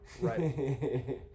right